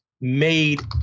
made